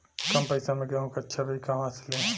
कम पैसा में गेहूं के अच्छा बिज कहवा से ली?